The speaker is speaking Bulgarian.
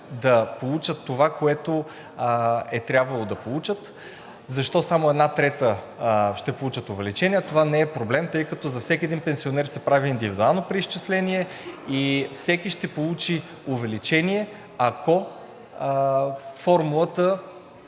да получат това, което е трябвало да получат. Защо само една трета ще получат увеличение? Това не е проблем, защото за всеки един пенсионер се прави индивидуално преизчисление и всеки ще получи увеличение, ако формулата